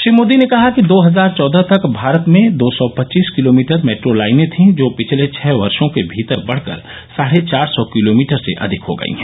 श्री मोदी ने कहा कि दो हजार चौदह तक भारत में दो सौ पच्चीस किलोमीटर मेट्रो लाइनें थीं जो पिछले छः वर्षो के भीतर बढ़कर साढे चार सौ किलोमीटर से अधिक हो गयी है